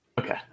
Okay